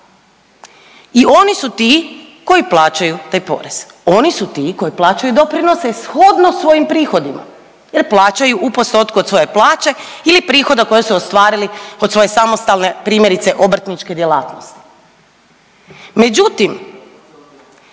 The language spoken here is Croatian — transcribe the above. I oni su ti koji plaćaju taj porez, oni su ti koji plaćaju doprinose shodno svojim prihodima jer plaćaju u postotku od svoje plaće ili prihoda koje su ostvarili od svoje samostalne primjerice obrtničke djelatnosti. Međutim,